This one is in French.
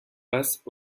passent